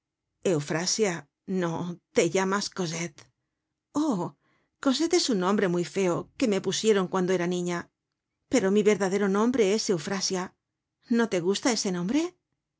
eufrasia no te llamas cosette oh cosette es un nombre muy feo que me pusieron cuando era niña pero mi verdadero nombre es eufrasia no te gusta ese nombre